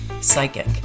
psychic